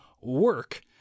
work